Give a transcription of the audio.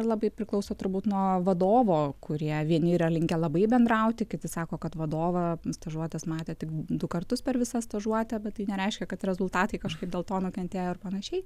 labai priklauso turbūt nuo vadovo kurie vieni yra linkę labai bendrauti kiti sako kad vadovą stažuotes matė tik du kartus per visą stažuotę bet tai nereiškia kad rezultatai kažkaip dėl to nukentėjo ir panašiai